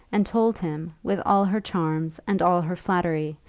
and told him, with all her charms and all her flattery,